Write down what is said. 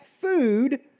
food